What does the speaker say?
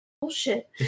Bullshit